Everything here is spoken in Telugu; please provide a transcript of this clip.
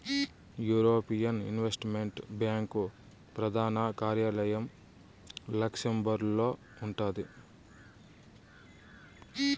యూరోపియన్ ఇన్వెస్టుమెంట్ బ్యాంకు ప్రదాన కార్యాలయం లక్సెంబర్గులో ఉండాది